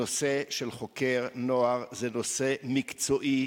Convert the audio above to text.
הנושא של חוקר נוער זה נושא מקצועי,